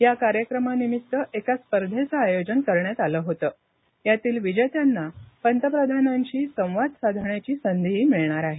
या कार्यक्रमानिमित्त एका स्पर्धेच आयोजन करण्यात आल होत यातील विजेत्यांना पंतप्रधानांशी संवाद साधण्याची संधीही मिळणार आहे